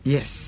Yes